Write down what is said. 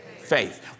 faith